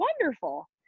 wonderful